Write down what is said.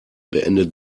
beendet